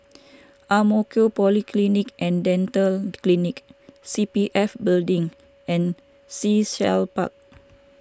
Ang Mo Kio Polyclinic and Dental Clinic C P F Building and Sea Shell Park